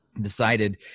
decided